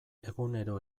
egunero